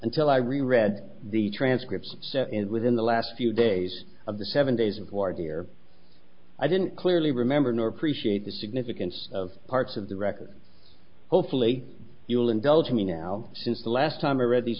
until i read the transcript and within the last few days of the seven days of large air i didn't clearly remember nor appreciate the significance of parts of the record hopefully you'll indulge me now since the last time i read these